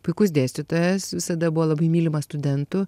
puikus dėstytojas visada buvo labai mylimas studentų